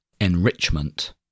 enrichment